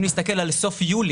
אם נסתכל על סוף יולי,